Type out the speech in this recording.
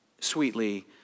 sweetly